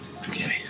Okay